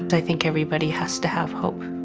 i think everybody has to have hope.